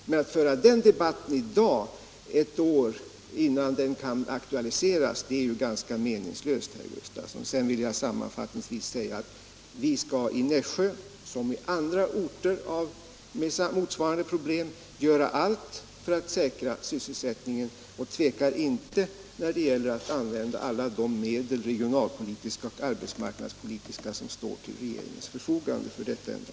Men att föra den debatten i dag, ett år innan åtgärden kan aktualiseras, är ganska meningslöst, herr Gustavsson. Slutligen vill jag säga att vi skall i Nässjö som i andra orter med motsvarande problem göra allt för att säkra sysselsättningen, och vi tvekar inte när det gäller att använda alla de medel, regionalpolitiska och arbetsmarknadspolitiska, som står till regeringens förfogande för detta ändamål.